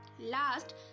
last